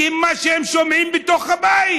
כי זה מה שהם שומעים בתוך הבית.